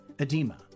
edema